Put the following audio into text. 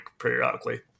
periodically